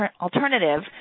alternative